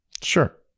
Sure